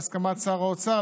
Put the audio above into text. בהסכמת שר האוצר,